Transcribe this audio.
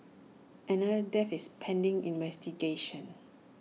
another death is pending investigation